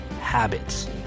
habits